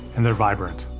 and they're vibrant.